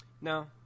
No